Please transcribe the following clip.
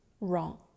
wrong